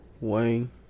Wayne